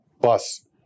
bus